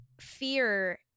fear